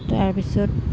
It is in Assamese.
তাৰপিছত